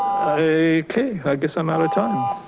i guess i'm out of time.